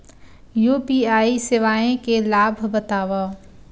UPI सेवाएं के लाभ बतावव?